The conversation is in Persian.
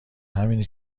همینه